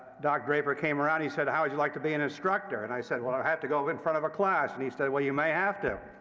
doc draper came around and he said, how would you like to be an instructor? and i said, well, i'd have to go up in front of a class. and he said, well, you may have to.